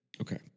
Okay